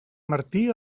martí